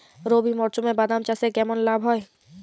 রবি মরশুমে বাদাম চাষে কেমন লাভ হয়?